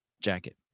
jacket